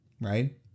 right